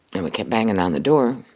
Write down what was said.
and we kept banging on the door.